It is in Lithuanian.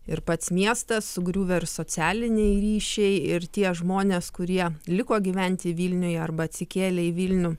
ir pats miestas sugriuvę ir socialiniai ryšiai ir tie žmonės kurie liko gyventi vilniuje arba atsikėlė į vilnių